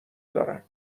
دارن